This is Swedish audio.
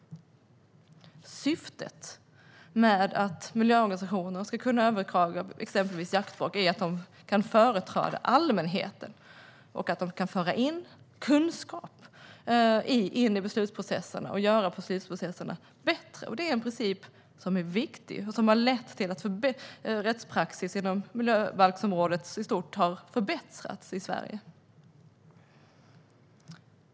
Syftet med att miljöorganisationer ska kunna överklaga exempelvis beslut om jakt är att de kan företräda allmänheten och kan föra in kunskap i beslutsprocesserna och göra beslutsprocesserna bättre. Det är en princip som är viktig och som har lett till att rättspraxis inom miljöområdet i stort har förbättrats i Sverige.